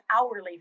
hourly